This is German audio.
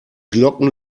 glocken